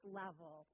level